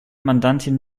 mandantin